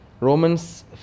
Romans